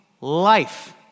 life